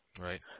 Right